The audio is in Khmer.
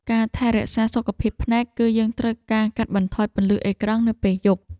ការថែរក្សាសុខភាពភ្នែក គឺយើងត្រូវការកាត់បន្ថយពន្លឺអេក្រង់នៅពេលយប់។